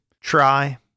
try